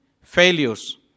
failures